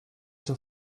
zur